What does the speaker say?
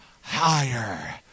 higher